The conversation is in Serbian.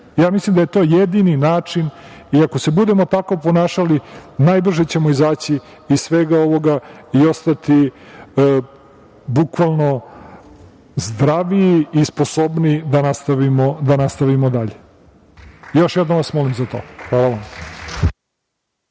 Ja mislim da je to jedini način. Ako se budemo ponašali najbrže ćemo izaći iz svega ovoga i ostati bukvalno zdraviji i sposobniji da nastavimo dalje. Još jednom vas molim za to. Hvala vam.